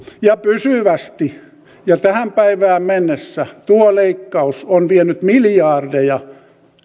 ja pysyvästi tähän päivään mennessä tuo leikkaus on vienyt miljardeja